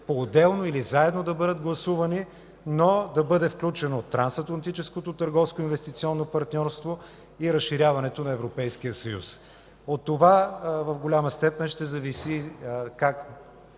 поотделно или заедно да бъдат гласувани, но да бъде включено: „Трансатлантическото търговско и инвестиционно партньорство” и „Разширяването на Европейския съюз”. От това в голяма степен ще зависи как